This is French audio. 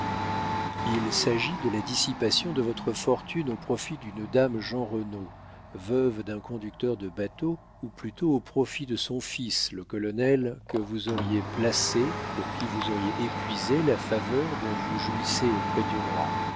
il s'agit de la dissipation de votre fortune au profit d'une dame jeanrenaud veuve d'un conducteur de bateaux ou plutôt au profit de son fils le colonel que vous auriez placé pour qui vous auriez épuisé la faveur dont vous jouissiez auprès du roi